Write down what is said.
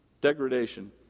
Degradation